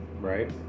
right